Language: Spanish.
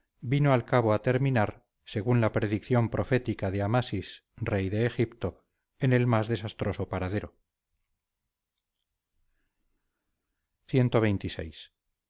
vino al cabo a terminar según la predicción profética de amasis rey de egipto en el más desastroso paradero